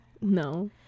No